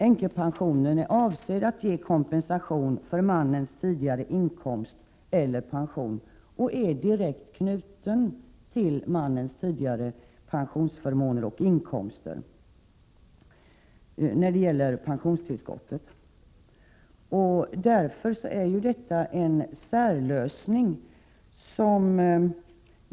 Änkepensionen är alltså avsedd att ge kompensation för mannens tidigare inkomst eller pension och är direkt knuten till mannens tidigare pensionsförmåner och inkomster när det gäller pensionstillskottet. Därför är det här fråga om en särlösning.